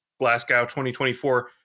Glasgow2024